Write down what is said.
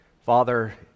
father